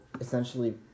essentially